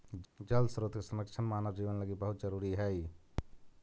जल स्रोत के संरक्षण मानव जीवन लगी बहुत जरूरी हई